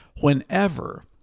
Whenever